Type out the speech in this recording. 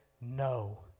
no